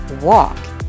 walk